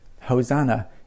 Hosanna